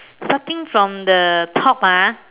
starting from the top ah